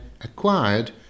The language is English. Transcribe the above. acquired